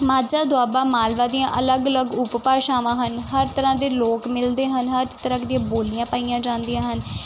ਮਾਝਾ ਦੁਆਬਾ ਮਾਲਵਾ ਦੀਆਂ ਅਲੱਗ ਅਲੱਗ ਉਪ ਭਾਸ਼ਾਵਾਂ ਹਨ ਹਰ ਤਰ੍ਹਾਂ ਦੇ ਲੋਕ ਮਿਲਦੇ ਹਨ ਹਰ ਤਰ੍ਹਾਂ ਦੀਆਂ ਬੋਲੀਆਂ ਪਾਈਆਂ ਜਾਂਦੀਆਂ ਹਨ